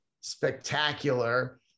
spectacular